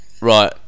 Right